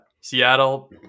Seattle